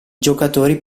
giocatori